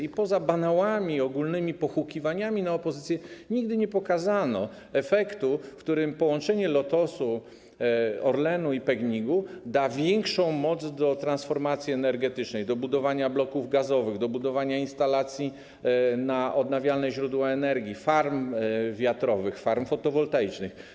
I poza banałami, ogólnymi pohukiwaniami na opozycję nigdy nie pokazano efektu, w którym połączenie Lotosu, Orlenu i PGNiG da większą moc do transformacji energetycznej, do budowania bloków gazowych, do budowania instalacji na odnawialne źródła energii, farm wiatrowych, farm fotowoltaicznych.